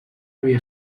havia